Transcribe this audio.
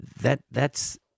that—that's